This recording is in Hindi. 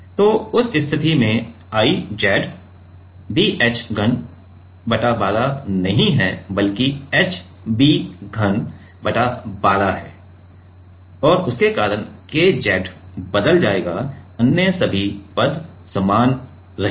तो उस स्थिति में I z b h घन बटा १२ नहीं है बल्कि h b घन बटा १२ है और उसके कारण K z बदल जाएगा अन्य सभी पद समान हैं